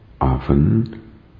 Often